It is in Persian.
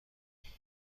راندن